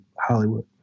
Hollywood